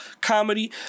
comedy